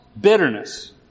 bitterness